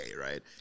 right